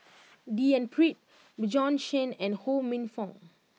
D N Pritt Bjorn Shen and Ho Minfong